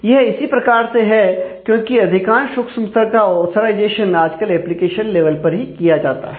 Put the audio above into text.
यह इसी प्रकार से है क्योंकि अधिकांश सूक्ष्म स्तर का ऑथराइजेशन आजकल एप्लीकेशन लेवल पर ही किया जाता है